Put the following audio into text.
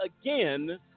again